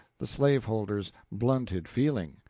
the slaveholder's blunted feeling.